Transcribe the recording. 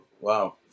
wow